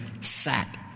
sat